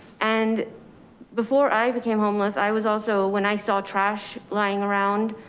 and before i became homeless, i was also when i saw trash lying around,